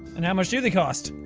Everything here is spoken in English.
and how much do they cost?